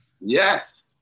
Yes